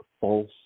false